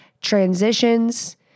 transitions